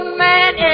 man